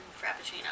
Frappuccino